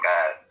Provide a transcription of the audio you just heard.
God